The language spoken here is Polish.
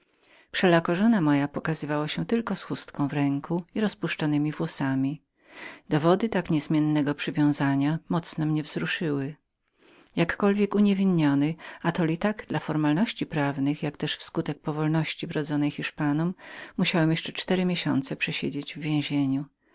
wszelako moja żona pokazywała się tylko z chustką w ręku i rozpuszczonemi włosami dowody tak niezmiennego przywiązania mocno mnie wzruszyły jakkolwiek uniewinniony atoli tak dla formalności prawnych jakoteż powolności wrodzonej hiszpanom musiałem jeszcze cztery miesiące przesiedzieć w więzieniu